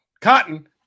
Cotton